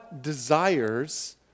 desires